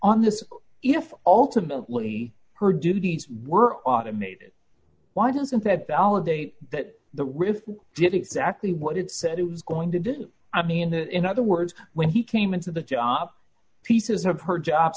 on this if ultimately her duties were automated why doesn't that validate that the rif did exactly what it said it was going to do i mean in other words when he came into the job pieces of her job